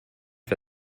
for